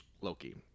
Loki